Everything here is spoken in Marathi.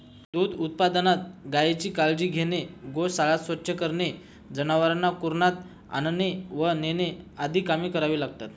दूध उत्पादकांना गायीची काळजी घेणे, गोशाळा स्वच्छ करणे, जनावरांना कुरणात आणणे व नेणे आदी कामे करावी लागतात